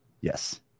Yes